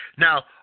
Now